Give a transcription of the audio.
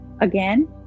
again